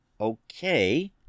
Okay